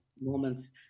moments